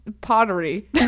pottery